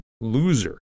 loser